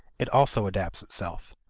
it also adapts itself.